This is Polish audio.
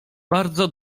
bardzo